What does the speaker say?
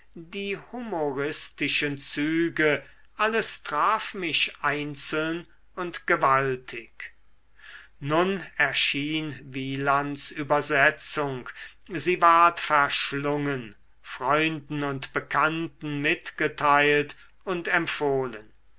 die humoristischen züge alles traf mich einzeln und gewaltig nun erschien wielands übersetzung sie ward verschlungen freunden und bekannten mitgeteilt und empfohlen